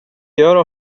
gör